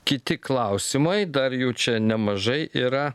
kiti klausimai dar jų čia nemažai yra